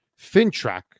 FinTrack